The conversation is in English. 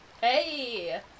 Hey